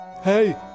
hey